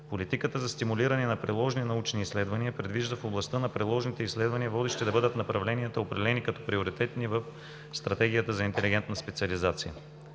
политиката за стимулиране на приложни научни изследвания предвижда в областта на приложните изследвания водещи да бъдат направленията, определени като приоритетни в Стратегията за интелигентна специализация.